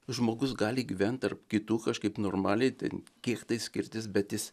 žmogus gali gyvent tarp kitų kažkaip normaliai ten kiek tai skirtis bet jis